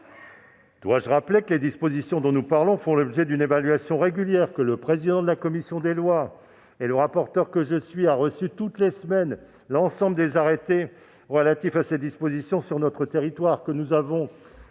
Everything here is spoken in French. pourtant rappeler que les dispositions dont nous parlons font l'objet d'une évaluation régulière ? Le président de la commission des lois et moi-même, en tant que rapporteur, avons reçu toutes les semaines l'ensemble des arrêtés relatifs à ces dispositions sur notre territoire. Nous avons